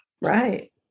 Right